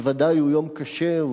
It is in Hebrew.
בוודאי הוא יום קשה.